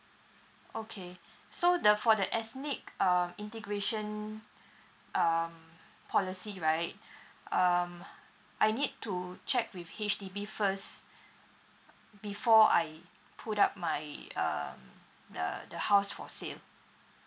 okay so the for the ethnic um integration um policy right um I need to check with H_D_B first before I put up my um the the house for sale